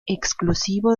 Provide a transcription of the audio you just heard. exclusivo